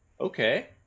okay